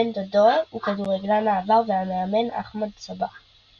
בן דודו הוא כדורגלן העבר והמאמן אחמד סבע.